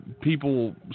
people